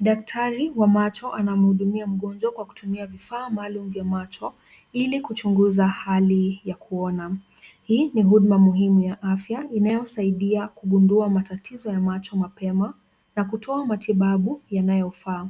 Daktari wa macho anamhudumia mgonjwa kwa kutumia vifaa maalum vya macho, ili kuchunguza hali ya kuona. Hii ni huduma muhimu ya afya inayosaidia kugundua matatizo ya macho mapema na kutoa matibabu yanayofaa.